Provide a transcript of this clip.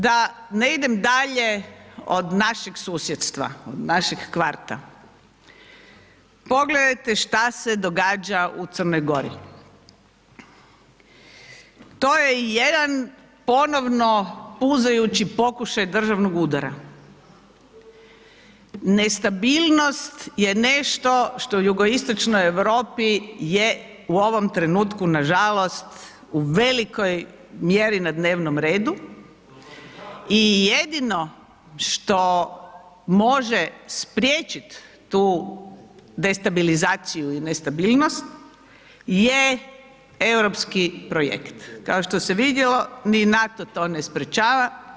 Da ne idem dalje od našeg susjedstva, od našeg kvarta, pogledajte šta se događa u Crnoj Gori, to je jedan ponovno puzajući pokušaj državnog udara, nestabilnost je nešto što u jugoistočnoj Europi je u ovom trenutku nažalost u velikoj mjeri na dnevnom redu i jedino što može spriječit tu destabilizaciju i nestabilnost je Europski projekt, kao što se vidjelo ni NATO to ne sprječava.